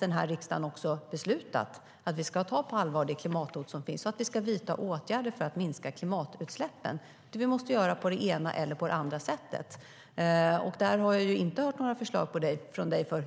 Denna riksdag har faktiskt beslutat att vi ska ta det klimathot som finns på allvar och att vi ska vidta åtgärder för att minska klimatutsläppen. Det måste vi göra på det ena eller andra sättet. Där har jag inte hört några förslag från dig, Edward Riedl,